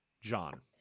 John